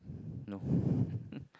no